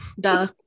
duh